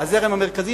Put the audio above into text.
הזרם המרכזי,